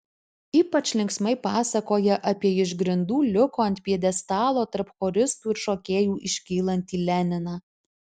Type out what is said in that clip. ypač linksmai pasakoja apie iš grindų liuko ant pjedestalo tarp choristų ir šokėjų iškylantį leniną